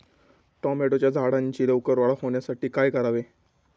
टोमॅटोच्या झाडांची लवकर वाढ होण्यासाठी काय करावे?